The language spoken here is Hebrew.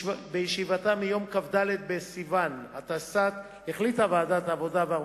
בישיבתה ביום כ"ד בסיוון התשס"ט החליטה ועדת העבודה,